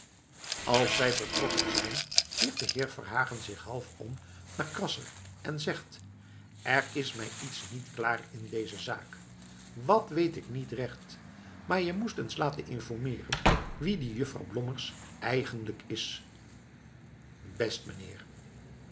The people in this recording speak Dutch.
als zij vertrokken zijn keert de heer verhagen zich half om naar krasser en zegt er is mij iets niet klaar in deze zaak wat weet ik niet recht maar je moest eens laten informeeren wie die juffrouw blommers eigenlijk is best meneer